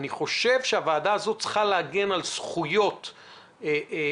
ואני חושב שהוועדה הזאת צריכה להגן על זכויות אזרח,